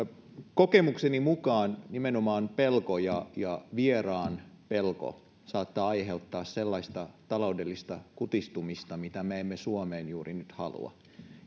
kokemukseni mukaan nimenomaan pelko ja vieraan pelko saattaa aiheuttaa sellaista taloudellista kutistumista mitä me emme suomeen juuri nyt halua